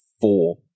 four